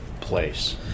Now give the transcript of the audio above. place